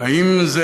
האם זה,